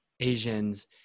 Asians